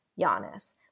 Giannis